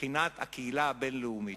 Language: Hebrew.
מבחינת הקהילה הבין-לאומית.